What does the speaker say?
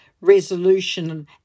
resolution